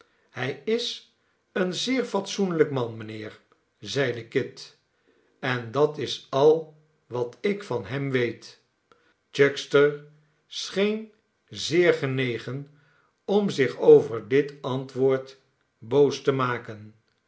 hij is een zeer fatsoenlijk man mijnheer zeide kit en dat is al wat ik van hem weet chuckster scheen zeer genegen om zich over dit antwoord boos te maken